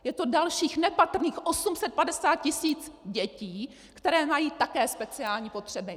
Je to dalších nepatrných 850 tisíc dětí, které mají také speciální potřeby.